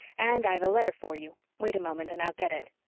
and i've a letter for you. wait a moment and i'll get it.